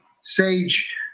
sage